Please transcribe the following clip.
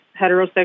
heterosexual